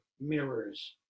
mirrors